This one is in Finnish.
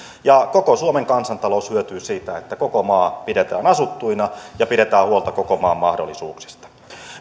koko suomen kansantalous hyötyy siitä että koko maa pidetään asuttuna ja pidetään huolta koko maan mahdollisuuksista